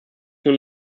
nun